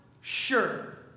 sure